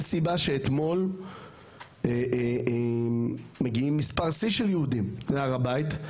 יש סיבה שאתמול הגיע מספר שיא של יהודים להר הבית,